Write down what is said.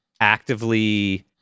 actively